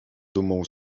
dumą